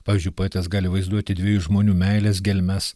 pavyzdžiui poetas gali vaizduoti dviejų žmonių meilės gelmes